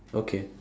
okay